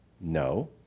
No